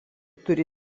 turi